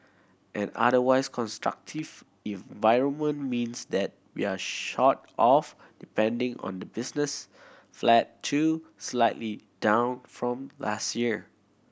an otherwise constructive environment means that we're sort of depending on the business flat to slightly down from last year